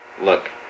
Look